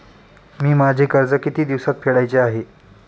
मी माझे कर्ज किती दिवसांत फेडायचे आहे?